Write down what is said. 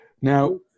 Now